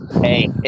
Hey